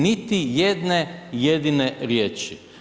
Niti jedne jedine riječi.